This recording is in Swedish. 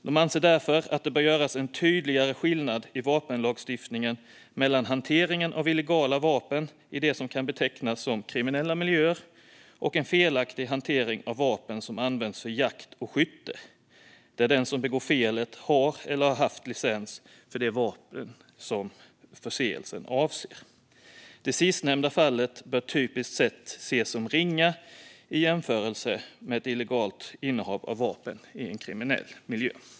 De anser därför att det bör göras en tydligare skillnad i vapenlagstiftningen mellan hanteringen av illegala vapen i det som kan betecknas som kriminella miljöer och en felaktig hantering av vapen som används för jakt och skytte där den som begår felet har eller har haft licens för det vapen som förseelsen avser. Det sistnämnda fallet bör typiskt sett ses som ringa i jämförelse med ett illegalt innehav av vapen i en kriminell miljö.